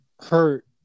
hurt